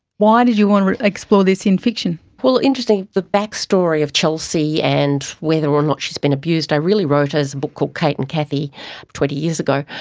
why did you want to explore this in fiction? well, interestingly the back story of chelsea and whether or not she has been abused i really wrote as a book called kate and cathie twenty years ago,